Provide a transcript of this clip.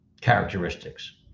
characteristics